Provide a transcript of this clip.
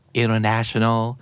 international